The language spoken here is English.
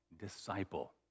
disciple